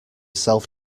self